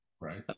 right